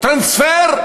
טרנספר?